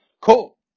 cool